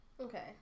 Okay